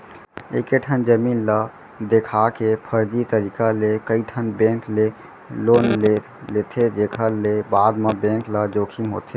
एकेठन जमीन ल देखा के फरजी तरीका ले कइठन बेंक ले लोन ले लेथे जेखर ले बाद म बेंक ल जोखिम होथे